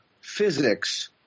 physics